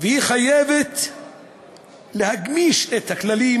והיא חייבת להגמיש את הכללים